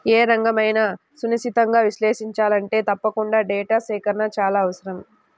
ఏ రంగన్నైనా సునిశితంగా విశ్లేషించాలంటే తప్పకుండా డేటా సేకరణ చాలా అవసరం